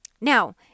Now